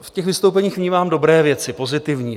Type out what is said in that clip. V těch vystoupeních vnímám dobré věci, pozitivní.